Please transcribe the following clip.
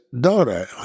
daughter